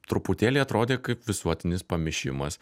truputėlį atrodė kaip visuotinis pamišimas